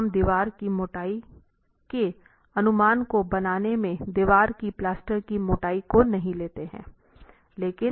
तो हम दीवार की मोटाई के अनुमान को बनाने में दीवार की प्लास्टर की मोटाई को नहीं लेते है